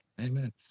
Amen